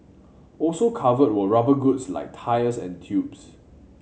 also covered were rubber goods like tyres and tubes